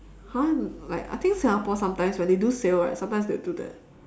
!huh! like I think singapore sometimes when they do sale right sometimes they will do that